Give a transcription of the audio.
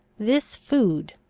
this food,